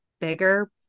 bigger